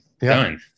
done